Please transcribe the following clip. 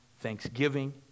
thanksgiving